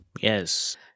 Yes